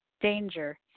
danger